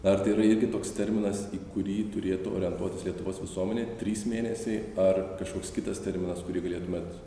ar tai yra irgi toks terminas į kurį turėtų orientuotis lietuvos visuomenė trys mėnesiai ar kažkoks kitas terminas kurį galėtumėt